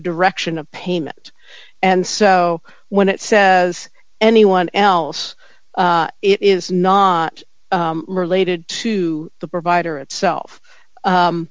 direction of payment and so when it says anyone else it is not related to the provider itself